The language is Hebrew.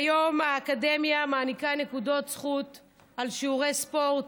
כיום האקדמיה מעניקה נקודות זכות על שיעורי ספורט,